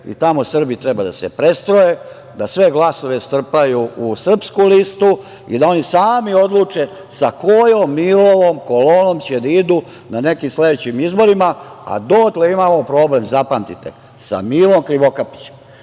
i tamo Srbi treba da se prestroje, da sve glasove strpaju u srpsku listu i da oni sami odluče sa kojom Milovom kolonom će da idu na nekim sledećim izborima, a dotle imamo problem sa Milom Krivokapićem. Ja